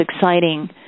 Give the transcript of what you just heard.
exciting